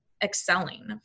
excelling